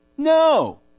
No